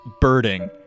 birding